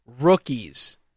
rookies